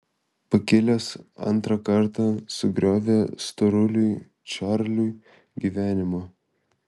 pakilęs antrą kartą sugriovė storuliui čarliui gyvenimą